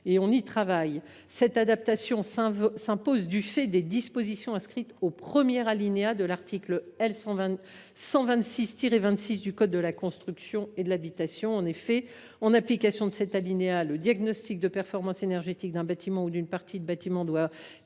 d’outre mer. Cette adaptation s’impose du fait des dispositions inscrites au premier alinéa de l’article L. 126 26 du code de la construction et de l’habitation. En effet, en application de cet alinéa, le « diagnostic de performance énergétique d’un bâtiment ou d’une partie de bâtiment est un